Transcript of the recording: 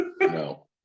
No